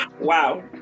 Wow